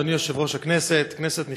אדוני יושב-ראש הכנסת, כנסת נכבדה,